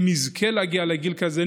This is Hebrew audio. אם יזכה להגיע לגיל כזה,